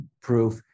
proof